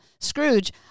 Scrooge